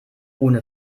ohne